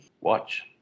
watch